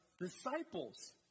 disciples